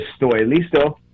listo